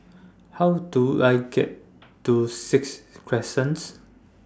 How Do I get to Sixth Crescent